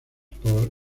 por